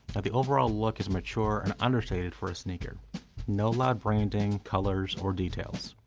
the overall look is mature and understated for a sneaker no loud branding colors or details.